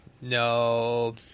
No